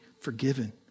forgiven